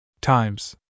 Times